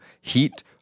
heat